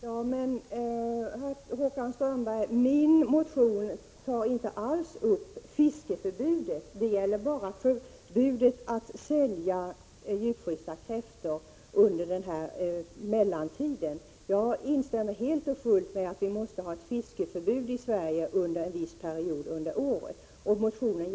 Herr talman! Min motion, Håkan Strömberg, tar inte alls upp fiskeförbudet. Den gäller bara förbudet mot att sälja djupfrysta kräftor under den här mellantiden. Jag instämmer helt och fullt i att vi måste ha ett fiskeförbud i Sverige en viss period under året.